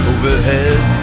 Overhead